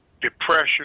depression